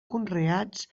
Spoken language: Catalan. conreats